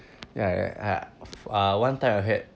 ya ya uh uh one time I had